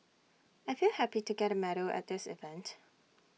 I feel happy to get medal at this event